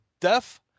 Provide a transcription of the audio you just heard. deaf